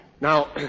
Now